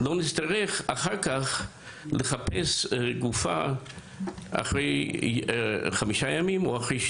לא נצטרך לחפש גופה אחרי 5 ימים או אחרי 60